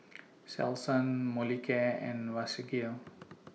Selsun Molicare and Vagisil